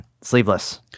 sleeveless